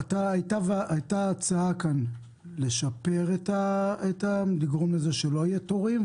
היתה כאן הצעה לגרום לזה שלא יהיו תורים,